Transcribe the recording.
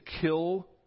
kill